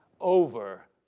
over